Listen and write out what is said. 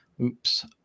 Oops